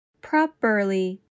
properly